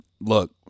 look